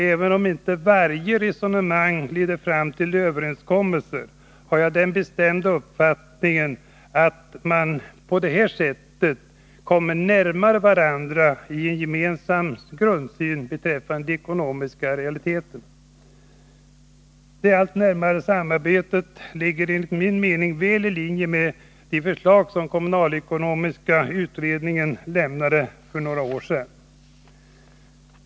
Även om inte varje resonemang leder fram till överenskommelser har jag den bestämda uppfattningen att man på detta sätt kommer närmare varandra i en gemensam grundsyn beträffande ekonomiska realiteter. Det allt närmare samarbetet ligger enligt min mening väl i linje med de förslag som kommunalekonomiska utredningen lämnade för några år sedan.